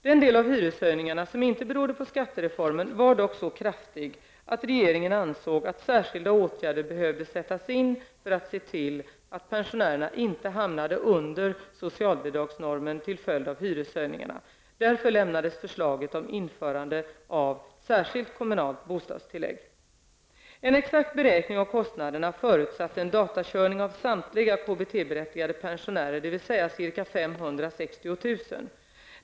Den del av hyreshöjningarna som inte berodde på skattereformen var dock så kraftig att regeringen ansåg att särskilda åtgärder behövde sättas in för att se till att pensionärerna inte hamnade under socialbidragsnormen till följd av hyreshöjningarna. En exakt beräkning av kostnaderna förutsatte en datakörning av samtliga KBT-berättigade pensionärer, dvs. ca 560 000.